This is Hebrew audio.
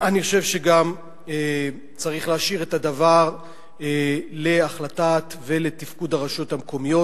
אני חושב שגם צריך להשאיר את הדבר להחלטה ולתפקוד של הרשויות המקומיות.